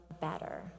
better